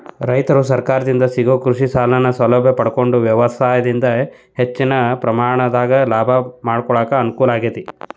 ರೈತರು ಸರಕಾರದಿಂದ ಸಿಗೋ ಕೃಷಿಸಾಲದ ಸೌಲಭ್ಯ ಪಡಕೊಂಡು ವ್ಯವಸಾಯದಿಂದ ಹೆಚ್ಚಿನ ಪ್ರಮಾಣದಾಗ ಲಾಭ ಮಾಡಕೊಳಕ ಅನುಕೂಲ ಆಗೇತಿ